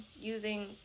using